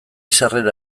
sarrera